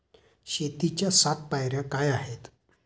शेतीच्या सात पायऱ्या काय आहेत?